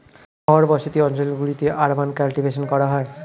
শহর বসতি অঞ্চল গুলিতে আরবান কাল্টিভেশন করা হয়